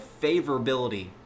favorability